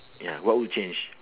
ya what would change